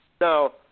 Now